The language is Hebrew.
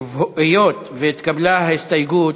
היות שהתקבלה ההסתייגות,